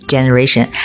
Generation